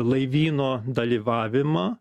laivyno dalyvavimą